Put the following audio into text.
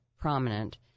prominent